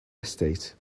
estate